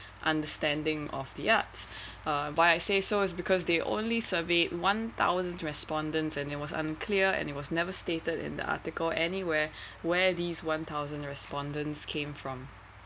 understanding of the arts uh why I say so is because they only surveyed one thousand respondents and it was unclear and it was never stated in the article anywhere where these one thousand respondents came from